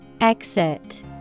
Exit